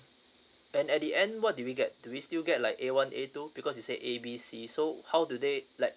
then at the end what do we get do we still get like A one A two because you said A B C so how do they like